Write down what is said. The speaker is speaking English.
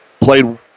played